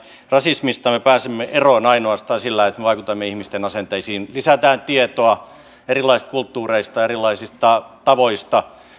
rasismista me pääsemme eroon ainoastaan sillä että me vaikutamme ihmisten asenteisiin lisäämme tietoa erilaisista kulttuureista erilaisista tavoista